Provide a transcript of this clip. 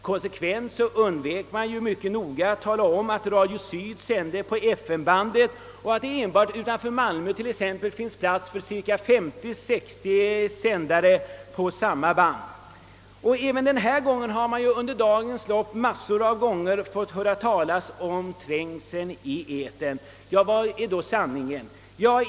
Konsekvent undvek man mycket noga att nämna att Radio Syd sände på FM-bandet och att det t.ex. enbart utanför Malmö finns plats för 50—60 sändare på samma band. Även denna gång har vi under dagens lopp i en mängd sammanhang fått höra talas om trängseln i etern. Vad är då sanning?